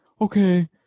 okay